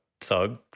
thug